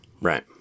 right